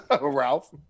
Ralph